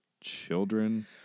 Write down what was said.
children